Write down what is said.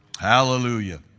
Hallelujah